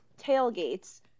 tailgates